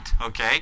Okay